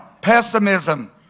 Pessimism